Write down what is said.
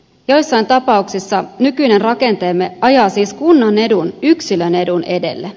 joissain tapauksissa nykyinen rakenteemme ajaa siis kunnan edun yksilön edun edelle